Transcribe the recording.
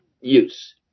use